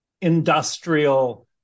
industrial